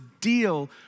deal